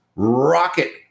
rocket